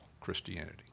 Christianity